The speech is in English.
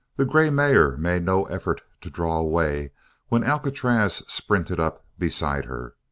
the grey mare made no effort to draw away when alcatraz sprinted up beside her.